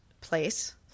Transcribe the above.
place